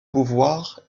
beauvoir